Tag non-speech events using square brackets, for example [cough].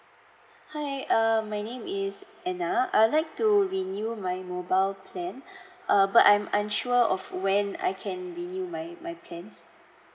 hi uh my name is anna I'd like to renew my mobile plan [breath] uh but I'm unsure of when I can renew my my plans